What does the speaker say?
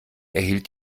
erhielt